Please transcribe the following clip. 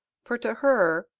for to her,